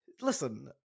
Listen